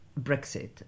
Brexit